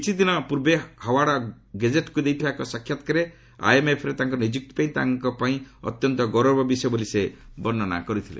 କିଛିଦିନ ପୂର୍ବେ ହାୱାର୍ଡ ଗୋଜେଟକୁ ଦେଇଥିବା ଏକ ସାକ୍ଷାତ୍କାରରେ ଆଇଏମ୍ଏଫ୍ରେ ତାଙ୍କର ନିଯୁକ୍ତି ତାଙ୍କ ପାଇଁ ଅତ୍ୟନ୍ତ ଗୌରବର ବିଷୟ ବୋଲି ସେ ବର୍ଷ୍ଣନା କରିଥିଲେ